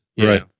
Right